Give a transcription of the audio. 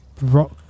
rock